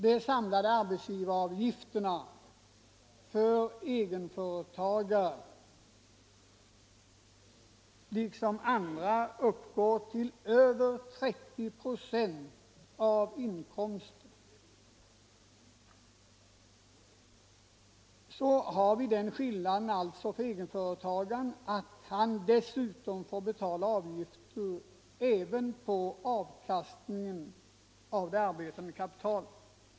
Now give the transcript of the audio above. De samlade arbetsgivaravgifterna uppgår nu för egenföretagare liksom för andra till över 30 26 av inkomsten, men skillnaden är den att egenföretagaren dessutom får betala avgifter även på avkastningen av det arbetande kapitalet.